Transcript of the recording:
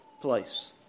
place